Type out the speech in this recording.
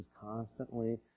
constantly